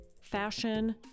fashion